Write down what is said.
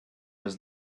was